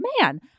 man